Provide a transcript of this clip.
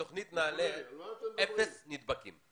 בתוכנית נעל"ה אפס נדבקים.